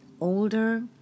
older